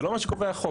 זה לא מה שקובע החוק.